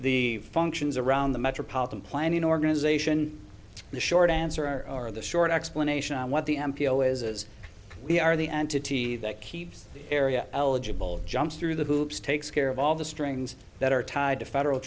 the functions around the metropolitan planning organization the short answer or the short explanation of what the m p o is we are the entity that keeps the area eligible jump through the hoops takes care of all the strings that are tied to federal